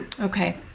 Okay